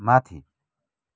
माथि